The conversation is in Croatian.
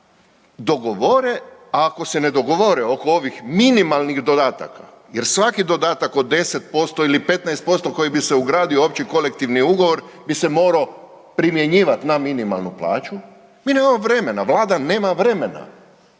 dogovore, a ako se ne dogovore oko ovih minimalnih dodataka jer svaki dodatak od 10% ili 15% koji bi se ugradio u opći kolektivni ugovor bi se morao primjenivati na minimalnu plaću, mi nemamo vremena, Vlada nema vremena.